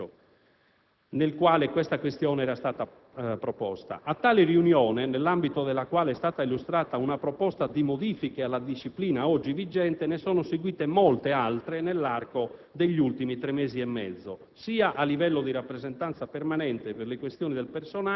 A tale riunione, (avvenuta poco dopo l'esame del precedente bilancio nel quale la questione era stata proposta), nell'ambito della quale è stata illustrata una proposta di modifica alla disciplina oggi vigente, ne sono seguite molte altre nell'arco